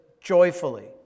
joyfully